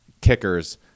kickers